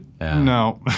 no